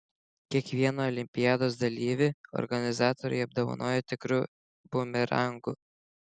kiekvieną olimpiados dalyvį organizatoriai apdovanojo tikru bumerangu